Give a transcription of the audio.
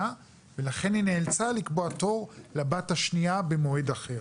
ולכן היא נאלצה לקבוע תור לבת השניה במועד אחר.